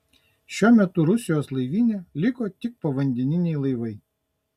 šiuo metu rusijos laivyne liko tik povandeniniai laivai